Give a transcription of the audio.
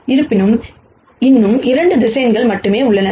இருப்பினும் இன்னும் 2 வெக்டர்ஸ் மட்டுமே உள்ளன